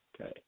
Okay